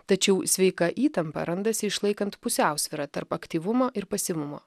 tačiau sveika įtampa randasi išlaikant pusiausvyrą tarp aktyvumo ir pasyvumo